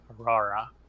Aurora